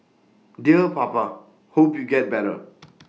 dear papa hope you get better